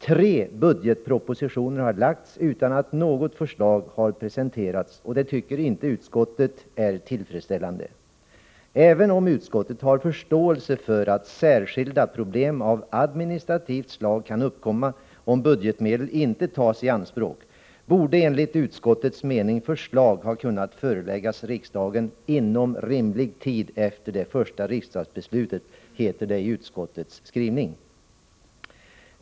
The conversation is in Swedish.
Tre budgetpropositioner har lagts utan att något förslag har presenterats, och det tycker inte utskottet är tillfredsställande. ”Även om utskottet har förståelse för att särskilda problem av administrativt slag kan uppkomma om budgetmedel inte tas i anspråk, borde enligt utskottets mening förslag ha kunnat föreläggas riksdagen inom rimlig tid efter det första riksdagsbeslutet”, heter det i utskottets skrivning.